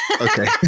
Okay